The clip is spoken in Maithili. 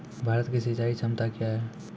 भारत की सिंचाई क्षमता क्या हैं?